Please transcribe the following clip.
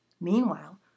Meanwhile